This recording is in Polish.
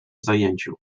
zajęciu